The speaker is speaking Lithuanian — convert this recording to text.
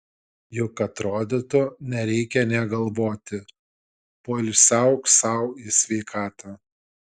juk atrodytų nereikia nė galvoti poilsiauk sau į sveikatą